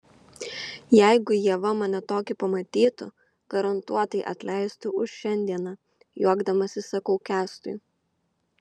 jeigu ieva mane tokį pamatytų garantuotai atleistų už šiandieną juokdamasis sakau kęstui